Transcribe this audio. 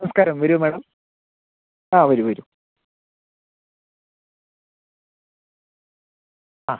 നമസ്കാരം വരൂ മേഡം ആ വരൂ വരൂ ആ